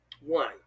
One